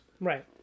Right